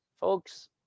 Folks